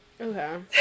Okay